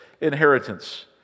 inheritance